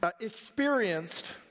experienced